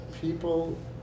people